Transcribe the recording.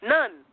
None